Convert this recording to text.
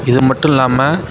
இது மட்டும் இல்லாமல்